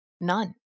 None